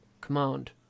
Command